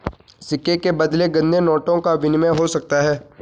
सिक्के के बदले गंदे नोटों का विनिमय हो सकता है